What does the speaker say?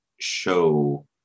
show